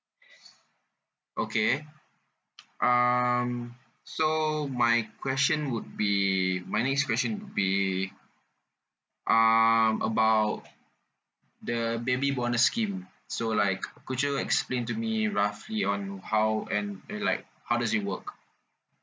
okay um so my question would be my next question would be um about the baby bonus scheme so like could you explain to me roughly on how and and like how does it work